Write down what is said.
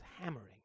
hammering